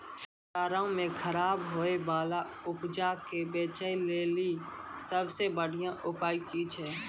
बजारो मे खराब होय बाला उपजा के बेचै लेली सभ से बढिया उपाय कि छै?